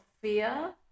fear